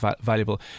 valuable